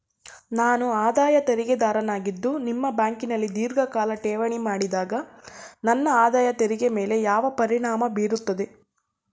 ನಾನು ಆದಾಯ ತೆರಿಗೆದಾರನಾಗಿದ್ದು ನಿಮ್ಮ ಬ್ಯಾಂಕಿನಲ್ಲಿ ಧೀರ್ಘಕಾಲ ಠೇವಣಿ ಮಾಡಿದಾಗ ನನ್ನ ಆದಾಯ ತೆರಿಗೆ ಮೇಲೆ ಯಾವ ಪರಿಣಾಮ ಬೀರುತ್ತದೆ?